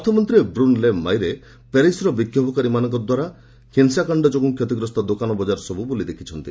ଅର୍ଥମନ୍ତ୍ରୀ Bruno Le Maire ପ୍ୟାରିସ୍ର ବିକ୍ଷୋଭକାରୀମାନଙ୍କ ଦ୍ୱାରା ହିଂସାକାଣ୍ଡ ଯୋଗୁଁ କ୍ଷତିଗ୍ରସ୍ତ ଦୋକାନ ବଜାରସବୁ ବୁଲି ଦେଖିଛନ୍ତି